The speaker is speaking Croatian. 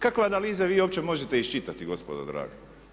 Kakve analize vi uopće možete iščitati gospodo draga?